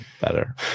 Better